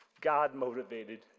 God-motivated